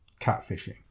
catfishing